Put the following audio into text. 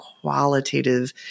qualitative